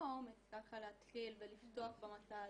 מאיפה האומץ ככה להתחיל ולפתוח במסע הזה.